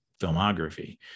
filmography